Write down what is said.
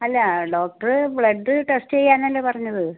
അല്ല doctor blood test ചെയ്യാനല്ലേ പറഞ്ഞത്